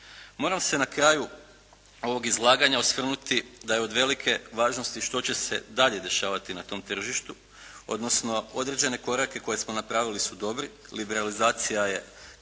Moram se na kraju ovog izlaganja osvrnuti da je od velike važnosti što će se dalje dešavati na tom tržištu, odnosno određene korake koje smo napravili su dobri. Liberalizacija je krenula